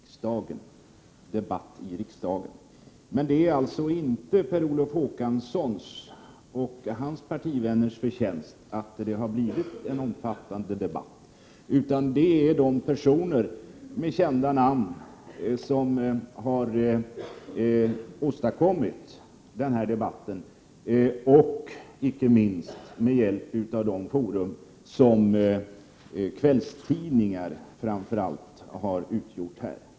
Herr talman! Jag skulle naturligtvis ha sagt debatt i riksdagen. Men det är inte Per Olof Håkanssons och hans partivänners förtjänst att det har blivit en omfattande debatt. Det är personerna med kända namn som har åstadkommit denna debatt, inte minst med hjälp av de fora som kvällstidningarna har utgjort.